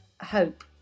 hope